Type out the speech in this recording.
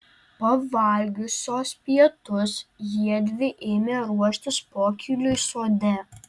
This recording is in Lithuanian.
pavalgiusios pietus jiedvi ėmė ruoštis pokyliui sode